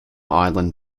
island